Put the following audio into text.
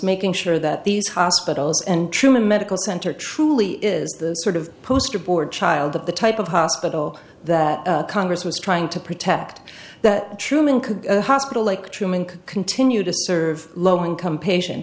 making sure that these hospitals and truman medical center truly is the sort of posterboard child that the type of hospital that congress was trying to protect that truman could a hospital like truman could continue to serve low income patient